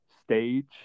stage